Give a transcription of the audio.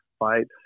right